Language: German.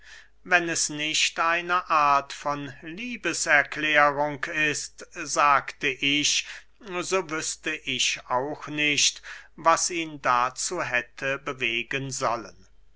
wenn es nicht eine art von liebeserklärung ist sagte ich so wüßte ich auch nicht was ihn dazu hätte bewegen sollen